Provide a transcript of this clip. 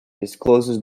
discloses